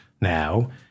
now